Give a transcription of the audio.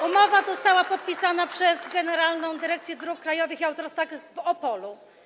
Umowa została podpisana przez Generalną Dyrekcję Dróg Krajowych i Autostrad w Opolu.